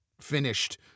finished